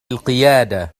القيادة